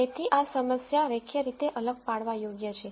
તેથી આ સમસ્યા રેખીય રીતે અલગ પાડવા યોગ્ય છે